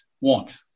want